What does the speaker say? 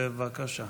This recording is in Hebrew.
בבקשה.